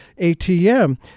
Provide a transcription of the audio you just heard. ATM